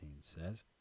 says